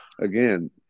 Again